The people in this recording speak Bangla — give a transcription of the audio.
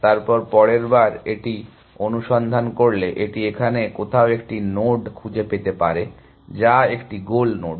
তারপর পরের বার এটি অনুসন্ধান করলে এটি এখানে কোথাও একটি নোড খুঁজে পেতে পারে যা একটি গোল নোড